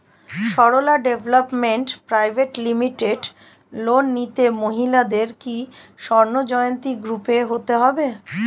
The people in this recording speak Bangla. Sarala development private limited loan নিতে মহিলাদের কি স্বর্ণ জয়ন্তী গ্রুপে হতে হবে?